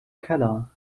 keller